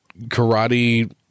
karate